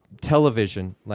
television